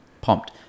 pumped